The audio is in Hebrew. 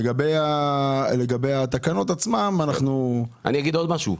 לגבי התקנות עצמן אנחנו --- אני אומר עוד משהו,